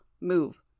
Move